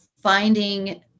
finding